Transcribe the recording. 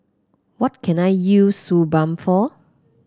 what can I use Suu Balm for